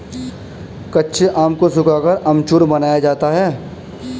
कच्चे आम को सुखाकर अमचूर बनाया जाता है